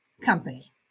company